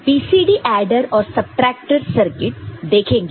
तो हम BCD adder और सबट्रैक्टर सर्किट देखेंगे